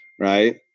right